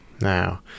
Now